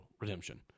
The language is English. redemption